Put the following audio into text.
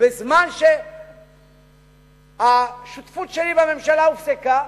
בזמן שהשותפות שלי בממשלה הופסקה,